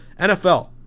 NFL